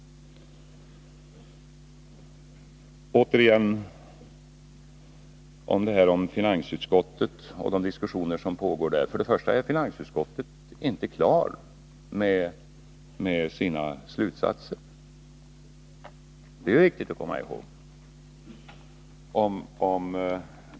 Återigen om finansutskottet och de diskussioner som pågår där: För det första är finansutskottet inte klart med sina slutsatser om beräkningsmetoderna — det är viktigt att komma ihåg.